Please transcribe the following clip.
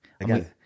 again